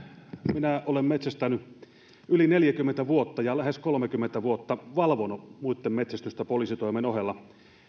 minä olen metsästänyt yli neljäkymmentä vuotta ja lähes kolmekymmentä vuotta valvonut muitten metsästystä poliisitoimen ohella